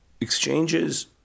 exchanges